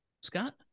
Scott